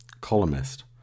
Columnist